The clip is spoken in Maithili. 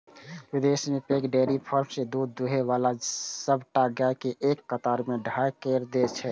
विदेश मे पैघ डेयरी फार्म मे दूध दुहै बला सबटा गाय कें एक कतार मे ठाढ़ कैर दै छै